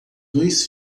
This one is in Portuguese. dois